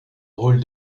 rôle